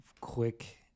quick